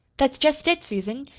that's just it, susan.